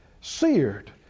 seared